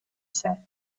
said